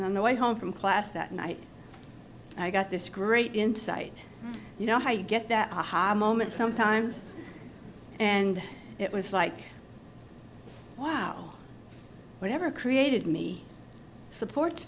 and on the way home from class that night i got this great insight you know how you get that aha moment sometimes and it was like wow whatever created me supports